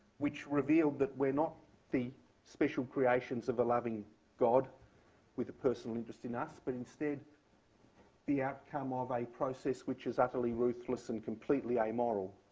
which revealed that we're not the special creations of a loving god with a personal interest in us, but instead the outcome of a process which is utterly ruthless and completely amoral,